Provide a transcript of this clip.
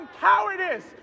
cowardice